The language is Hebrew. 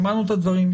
שמענו את הדברים,